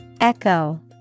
Echo